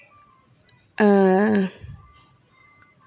uh